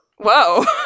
Whoa